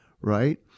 right